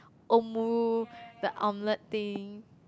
Omuru the omelette thing